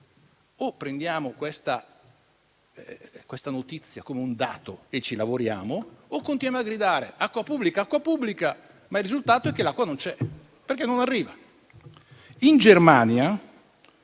O prendiamo questa notizia come un dato, e ci lavoriamo, oppure continuano a gridare «acqua pubblica, acqua pubblica», ma il risultato è che l'acqua non c'è, perché non arriva.